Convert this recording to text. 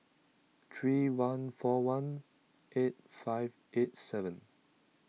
three one four one eight five eight seven